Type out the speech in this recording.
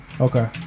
Okay